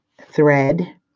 thread